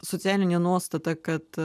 socialinė nuostata kad